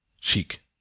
Chic